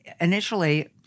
initially